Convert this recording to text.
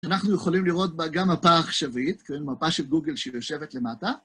אנחנו יכולים לראות בה גם מפה עכשווית, מפה של גוגל שיושבת למטה.